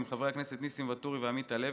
חברי הכנסת ניסים ואטורי ועמית הלוי,